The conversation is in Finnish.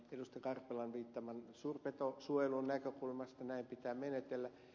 karpelan viittaaman suurpetosuojelun näkökulmasta näin pitää menetellä